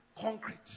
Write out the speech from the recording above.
concrete